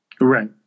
Right